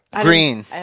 Green